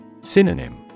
Synonym